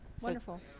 Wonderful